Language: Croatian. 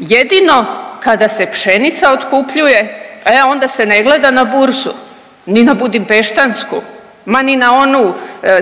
Jedino kada se pšenica otkupljuje, e onda se ne gleda na burzu ni na budimpeštansku, ma ni na onu